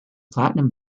platinum